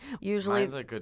Usually